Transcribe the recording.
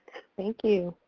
thank you.